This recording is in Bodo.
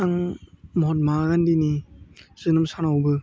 आं महात्मा गान्धीनि जोनोम सानावबो